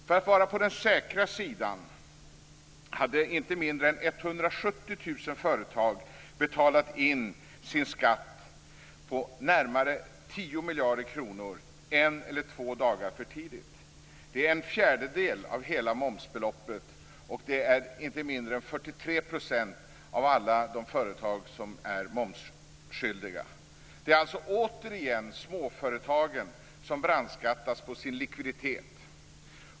För att vara på den säkra sidan hade inte mindre än miljarder kronor en eller två dagar för tidigt. Det är en fjärdedel av hela momsbeloppet, och det är inte mindre än 43 % av alla de företag som är momsskyldiga. Det är återigen småföretagen som brandskattas på sin likviditet.